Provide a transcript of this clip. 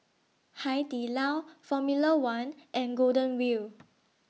Hai Di Lao Formula one and Golden Wheel